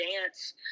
dance